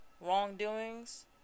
wrongdoings